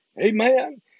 Amen